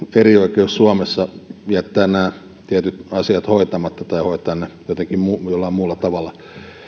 erioikeus suomessa jättää nämä tietyt asiat hoitamatta tai hoitaa ne jotenkin jollain muulla tavalla